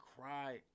cry